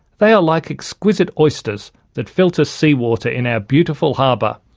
they are like exquisite oysters that filter seawater in our beautiful harbour,